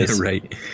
right